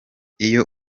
iyo